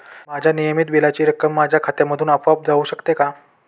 माझ्या नियमित बिलाची रक्कम माझ्या खात्यामधून आपोआप जाऊ शकते का?